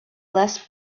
less